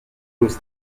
aux